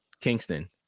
Kingston